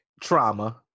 Trauma